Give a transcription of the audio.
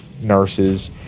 nurses